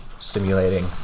simulating